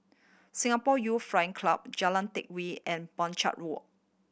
Singapore Youth Flying Club Jalan Teck Whye and Walk